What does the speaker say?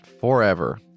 forever